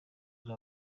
ari